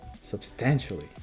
substantially